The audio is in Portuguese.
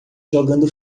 jogando